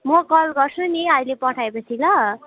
म कल गर्छु नि अहिले पठाएँ पछि ल